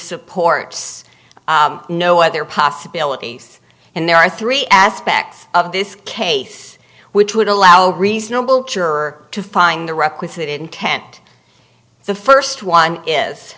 supports no other possibilities and there are three aspects of this case which would allow reasonable juror to find the requisite intent the first one is